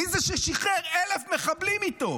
מי זה ששחרר 1,000 מחבלים איתו?